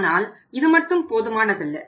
ஆனால் இது மட்டும் போதுமானதல்ல